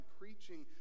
preaching